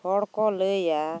ᱦᱚᱲ ᱠᱚ ᱞᱟᱹᱭᱟ